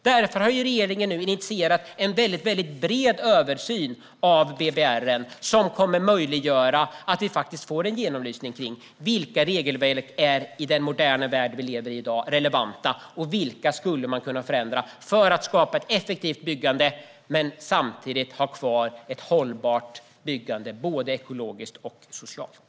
Därför har regeringen nu initierat en bred översyn av BBR som möjliggör att det blir en genomlysning av vilka regelverk som är relevanta i dag i den moderna värld som vi lever i och vilka regler som man skulle kunna förändra för att skapa ett effektivt byggande samtidigt som man har kvar ett hållbart byggande, både ekologiskt och socialt.